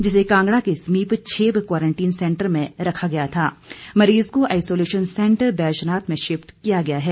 जिसे कांगड़ा के समीप छेब क्वारंटीन सेंटर में रखा गया था मरीज को आईसोलेशन सेंटर बैजनाथ में शिफ्ट किया गया है